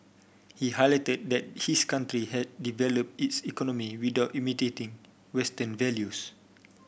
he highlighted that his country had developed its economy without imitating western values